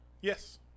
Yes